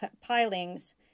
pilings